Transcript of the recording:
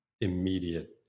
immediate